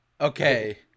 Okay